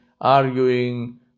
arguing